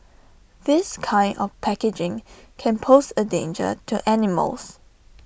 this kind of packaging can pose A danger to animals